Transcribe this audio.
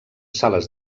sales